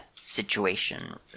situation